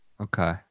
Okay